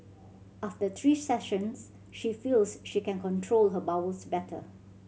after three sessions she feels she can control her bowels better